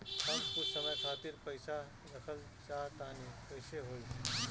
हम कुछ समय खातिर पईसा रखल चाह तानि कइसे होई?